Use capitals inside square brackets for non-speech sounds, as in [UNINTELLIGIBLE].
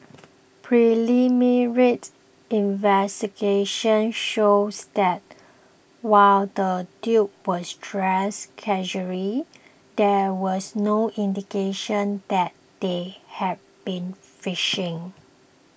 [UNINTELLIGIBLE] investigations shows that while the duo were dressed casually there was no indication that they had been fishing